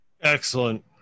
Excellent